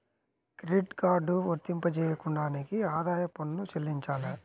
Credit card వర్తింపజేయడానికి ఆదాయపు పన్ను చెల్లించాలా?